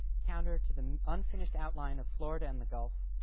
counter to the unfinished outline of florida and the gulf,